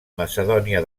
macedònia